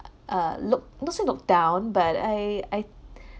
uh look not say look down but I I 'd